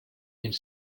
mille